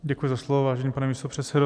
Děkuji za slovo, vážený pane místopředsedo.